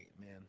man